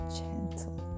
gentle